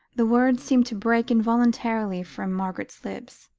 the words seemed to break involuntarily from margaret's lips.